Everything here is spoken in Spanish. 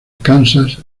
kansas